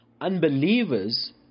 Unbelievers